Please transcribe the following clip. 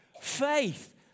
Faith